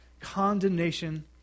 condemnation